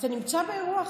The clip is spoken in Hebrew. אתה נמצא באירוע אחר.